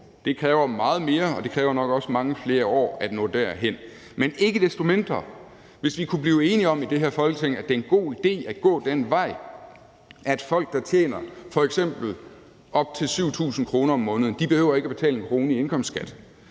Det kræver meget mere, og det kræver nok også mange flere år at nå derhen. Men ikke desto mindre, hvis vi kunne blive enige om i det her Folketing, at det er en god idé at gå den vej, at folk, der tjener f.eks. op til 7.000 kr. om måneden, ikke behøver at betale en krone i indkomstskat,